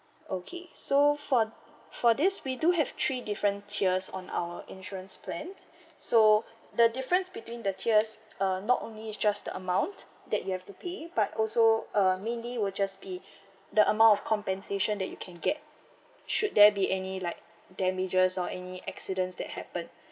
okay so for for this we do have three different tiers on our insurance plans so the difference between the tiers uh not only is just the amount that you have to pay but also uh mainly will just be the amount of compensation that you can get should there be any like damages or any accidents that happen